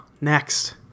Next